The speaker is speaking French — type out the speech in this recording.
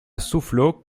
soufflot